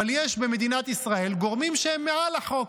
אבל יש במדינת ישראל גורמים שהם מעל לחוק.